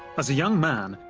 as a young man,